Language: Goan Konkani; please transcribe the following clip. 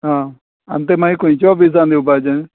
आं आन् तें मागीर खंयच्या ऑफिसान येवपाचें